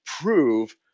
prove